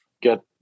get